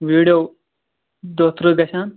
video دَہ تٕرٛہ گَژھن